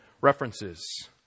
references